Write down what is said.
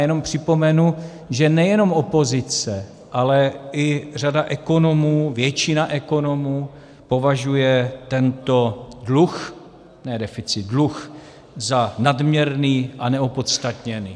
A jenom připomenu, že nejenom opozice, ale i řada ekonomů, většina ekonomů, považuje tento dluh ne deficit za nadměrný a neopodstatněný.